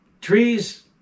trees